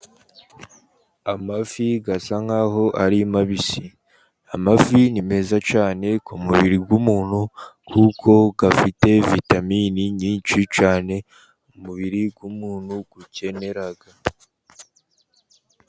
Amafi asa nkaho ari mabisi. Amafi ni meza cyane ku mubiri w'umuntu, kuko afite vitamini nyinshi cyane umubiri w'umuntu ukenera.